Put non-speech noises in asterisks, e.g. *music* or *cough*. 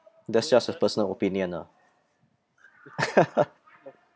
that's just a personal opinion ah *laughs*